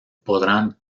podrán